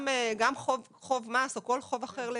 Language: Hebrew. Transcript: גם חוב מס או כל חוב אחר.